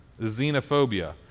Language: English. Xenophobia